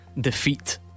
defeat